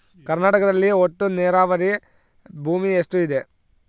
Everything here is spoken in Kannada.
ಕರ್ನಾಟಕದಲ್ಲಿ ಒಟ್ಟು ನೇರಾವರಿ ಭೂಮಿ ಎಷ್ಟು ಇದೆ?